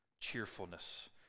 cheerfulness